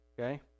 okay